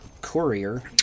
Courier